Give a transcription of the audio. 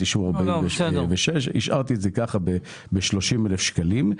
אישור לפי 46 אבל השארתי את זה כך ב-30 אלף שקלים.